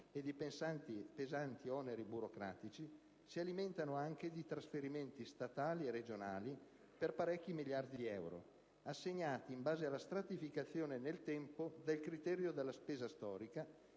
e di pesanti oneri burocratici, si alimentano anche di trasferimenti statali e regionali, per parecchi miliardi di euro, assegnati in base alla stratificazione nel tempo del criterio della «spesa storica»,